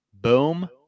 Boom